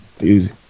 Easy